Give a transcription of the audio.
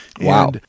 Wow